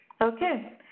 Okay